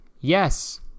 Yes